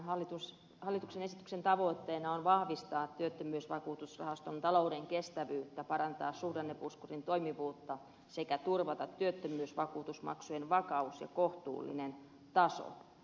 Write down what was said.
tämän hallituksen esityksen tavoitteena on vahvistaa työttömyysvakuutusrahaston talouden kestävyyttä parantaa suhdannepuskurin toimivuutta sekä turvata työttömyysvakuutusmaksujen vakaus ja kohtuullinen taso